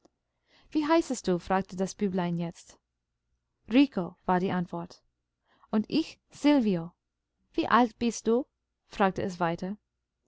wie heißest du fragte das büblein jetzt rico war die antwort und ich silvio wie alt bist du fragte es weiter